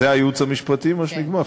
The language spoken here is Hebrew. זה הייעוץ המשפטי, מה שנקבע?